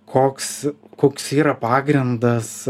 koks koks yra pagrindas